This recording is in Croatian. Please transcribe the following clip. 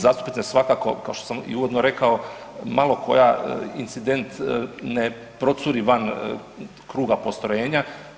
Zastupnice svakako kao što sam i uvodno rekao malo koji incident ne procuri van kruga postrojenja.